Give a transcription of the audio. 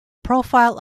profile